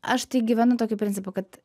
aš tai gyvenu tokiu principu kad